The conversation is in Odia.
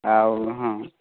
ଆଉ ହଁ